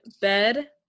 bed